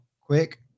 quick